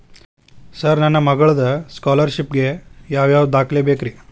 Sir ನನ್ನ ಮಗ್ಳದ scholarship ಗೇ ಯಾವ್ ಯಾವ ದಾಖಲೆ ಬೇಕ್ರಿ?